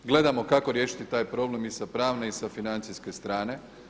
Gledamo kako riješiti taj problem i sa pravne i sa financijske strane.